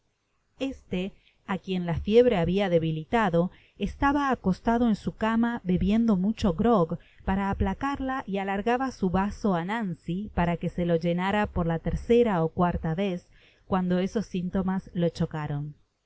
este á quien la fiebre habia debilitado estaba acostado en su cama bebiendo mucho grog para aplacarla y alargaba su vaso á nancy para que se lo llenara por la tercera ó cuarta vez cuando esos sintomas le chocaron